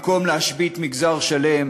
במקום להשבית מגזר שלם,